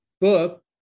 book